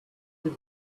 did